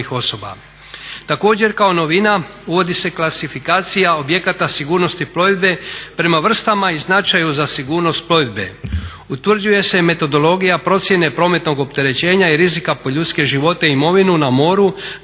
Također kao novina uvodi se klasifikacija objekata sigurnosti plovidbe prema vrstama i značaju za sigurnost plovidbe. Utvrđuje se i metodologija procjene prometnog opterećenja i rizika po ljudske živote i imovinu na moru,